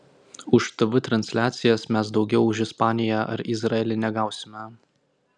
už tv transliacijas mes daugiau už ispaniją ar izraelį negausime